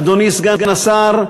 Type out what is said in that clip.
אדוני סגן השר,